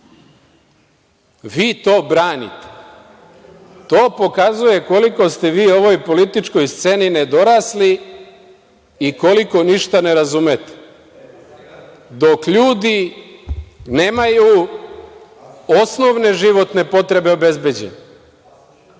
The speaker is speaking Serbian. vi to branite. To pokazuje koliko ste vi u ovoj političkoj sceni nedorasli i koliko ništa ne razumete. Dok ljudi nemaju osnovne životne potrebe obezbeđene,